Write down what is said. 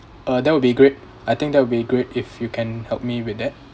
uh that would be great I think that would be great if you can help me with that